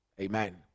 Amen